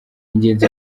ingenzi